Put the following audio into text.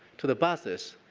to the buses,